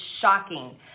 shocking